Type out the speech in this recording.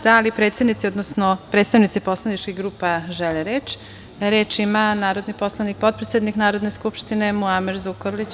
Da li predsednici, odnosno predstavnici poslaničkih grupa žele reč? (Da.) Reč ima narodni poslanik, potpredsednik Narodne skupštine Muamer Zukorlić.